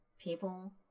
people